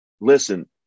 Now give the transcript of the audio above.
listen